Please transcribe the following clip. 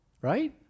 right